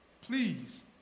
please